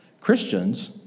Christians